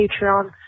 Patreon